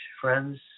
friends